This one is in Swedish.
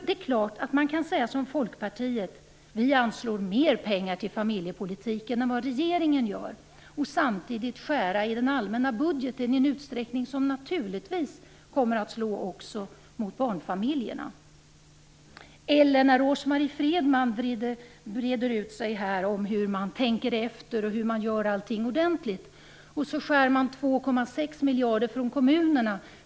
Det är klart att man som Folkpartiet kan säga att man anslår mer pengar till familjepolitiken än vad regeringen gör samtidigt som man skär i den allmänna budgeten i en utsträckning som naturligtvis också kommer att slå mot barnfamiljerna. Rose-Marie Frebran bredde här ut sig om hur man tänker efter och hur man gör allting ordentligt. Sedan skär man 2,6 miljarder från kommunerna.